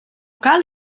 cal